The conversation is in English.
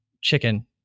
chicken